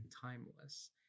timeless